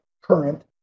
current